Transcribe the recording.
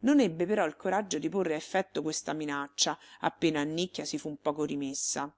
non ebbe però il coraggio di porre a effetto questa minaccia appena annicchia si fu un poco rimessa